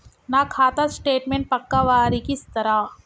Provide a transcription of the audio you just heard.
నా ఖాతా స్టేట్మెంట్ పక్కా వారికి ఇస్తరా?